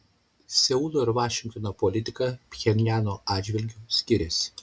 seulo ir vašingtono politika pchenjano atžvilgiu skiriasi